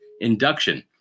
induction